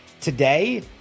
today